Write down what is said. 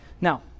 Now